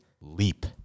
leap